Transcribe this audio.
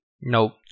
Nope